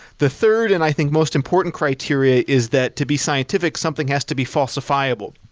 the third and i think most important criteria is that to be scientific something has to be falsifiable.